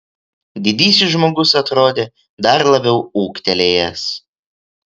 didysis žmogus atrodė dar labiau ūgtelėjęs